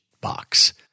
box